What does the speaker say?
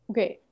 Okay